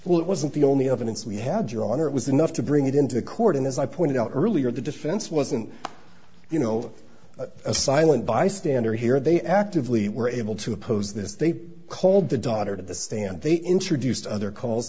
well it wasn't the only evidence we had your honor it was enough to bring it into court and as i pointed out earlier the defense wasn't you know a silent bystander here they actively were able to oppose this they called the daughter to the stand they introduced other call